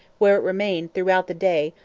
where it remained throughout the day,